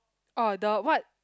oh the what